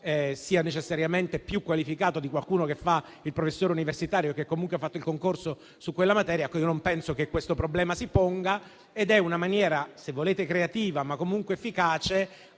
sia necessariamente più qualificata di qualcuno che fa il professore universitario e che comunque ha fatto il concorso su quella materia; non penso proprio che questo problema si ponga. Se volete, è una maniera creativa, ma comunque efficace,